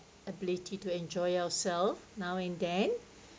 ability to enjoy ourself now and then